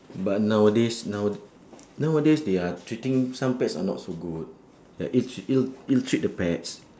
but nowadays now nowadays they are treating some pets are not so good ya it tr~ it it treat the pets